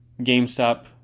GameStop